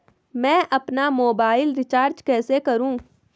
मैं अपना mobile recharge कैसे करूँ?